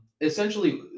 essentially